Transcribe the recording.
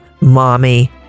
mommy